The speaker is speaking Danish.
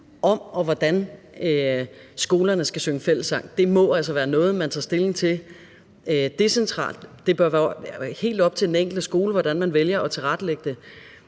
om og hvordan skolerne skal synge fællessang. Det må altså være noget, man tager stilling til decentralt. Det bør være helt op til den enkelte skole, hvordan man vælger at tilrettelægge det.